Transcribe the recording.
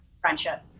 friendship